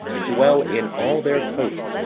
to dwell in all their coasts,